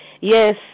Yes